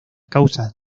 causas